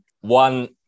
one